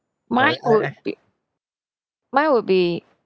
mine would be mine would be